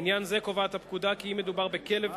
לעניין זה קובעת הפקודה כי אם מדובר בכלב,